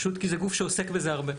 פשוט כי זה גוף שעוסק בזה הרבה,